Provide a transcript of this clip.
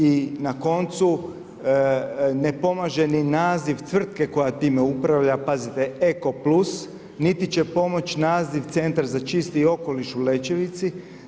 I na koncu ne pomaže ni naziv tvrtke koja time upravlja, pazite eko plus, niti će pomoći naziv centra za čisti okoliš u Lečevici.